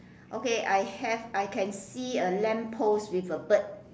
okay I have I can see a lamp post with a bird